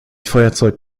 feuerzeug